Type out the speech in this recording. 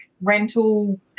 rental